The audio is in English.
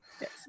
Yes